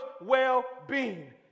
well-being